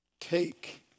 take